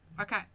Okay